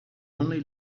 only